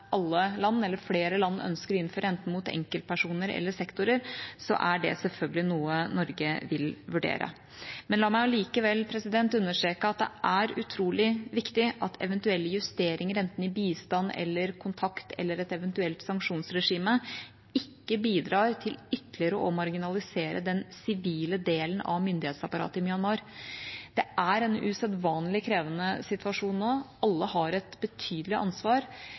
alle land eller flere land ønsker å innføre, enten mot enkeltpersoner eller sektorer, er det selvfølgelig noe Norge vil vurdere. Men la meg allikevel understreke at det er utrolig viktig at eventuelle justeringer enten i bistand, kontakt eller et eventuelt sanksjonsregime ikke bidrar til ytterligere å marginalisere den sivile delen av myndighetsapparatet i Myanmar. Det er en usedvanlig krevende situasjon nå. Alle har et betydelig ansvar,